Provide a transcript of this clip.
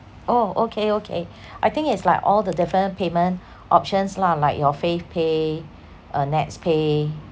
oh okay okay I think it's like all the different payment options lah like your favepay uh NETSpay